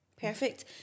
Perfect